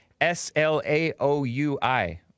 S-L-A-O-U-I